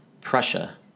Prussia